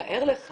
תאר לך